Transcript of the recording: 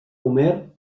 homer